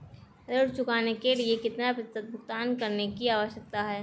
ऋण चुकाने के लिए कितना प्रतिशत भुगतान करने की आवश्यकता है?